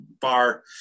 bar